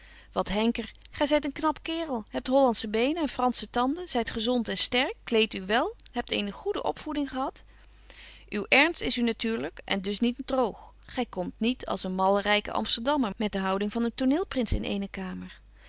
wat henker gy zyt een knap kaerel hebt hollandsche beenen en fransche tanden zyt gezont en sterk kleedt u wel hebt eene goede opvoeding gehad uw ernst is u natuurlyk en dus niet droog gy komt betje wolff en aagje deken historie van mejuffrouw sara burgerhart niet als een malle ryke amsterdammer met de houding van een toneelprins in eene kamer